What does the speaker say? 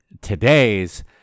today's